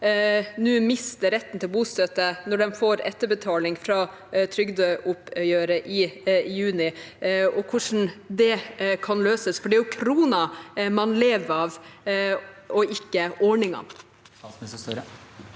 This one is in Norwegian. nå mister retten til bostøtte når de får etterbetaling fra trygdeoppgjøret i juni – hvordan det kan løses. Det er jo kroner man lever av, ikke ordninger.